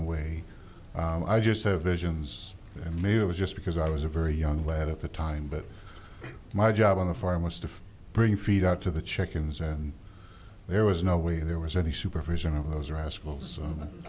visions and maybe it was just because i was a very young lad at the time but my job on the farm was to bring feet out to the chickens and there was no way there was any supervision of those rascals